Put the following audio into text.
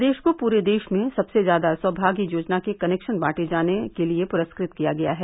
प्रदेश को पूरे देश में सबसे ज्यादा सौभाग्य योजना के कनेक्शन बांटे जाने के लिये पुरस्कार दिया गया है